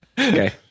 okay